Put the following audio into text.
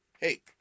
Hey